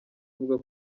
avuga